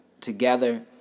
together